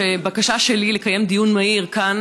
בקשה שלי לקיים דיון מהיר כאן,